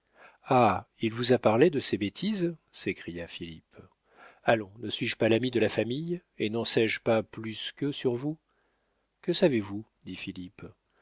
ah il vous a parlé de ces bêtises s'écria philippe allons ne suis-je pas l'ami de la famille et n'en sais-je pas plus qu'eux sur vous que savez-vous dit